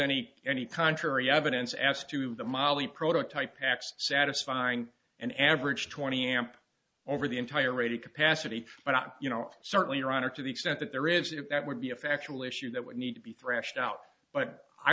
any any contrary evidence as to the molly prototype packs satisfying an average twenty amp over the entire rated capacity but not you know certainly ironic to the extent that there is it that would be a factual issue that would need to be thrashed out but i